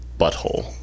butthole